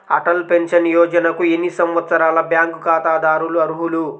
Atal pension యోజనకు ఎన్ని సంవత్సరాల బ్యాంక్ ఖాతాదారులు అర్హులు?